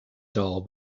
doll